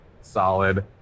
Solid